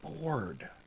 bored